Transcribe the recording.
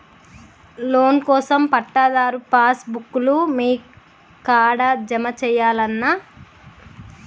Loan కోసం పట్టాదారు passbook లు మీ కాడా జమ చేయల్నా?